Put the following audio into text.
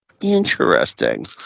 Interesting